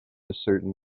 ascertain